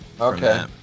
Okay